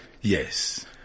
Yes